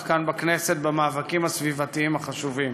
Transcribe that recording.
כאן בכנסת במאבקים הסביבתיים החשובים.